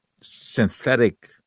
synthetic